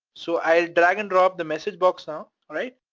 so i'll drag and drop the message box now, alright?